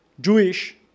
Jewish